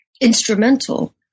instrumental